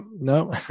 no